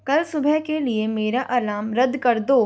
कल सुबह के लिए मेरा अलार्म रद्द कर दो